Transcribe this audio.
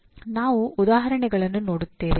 ನಾವು ಉದಾಹರಣೆಗಳನ್ನು ನೋಡುತ್ತೇವೆ